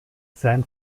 sein